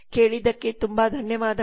ಕೇಳಿದ್ದಕ್ಕೆ ತುಂಬಾ ಧನ್ಯವಾದಗಳು